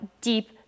deep